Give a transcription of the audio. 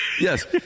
Yes